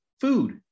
food